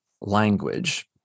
language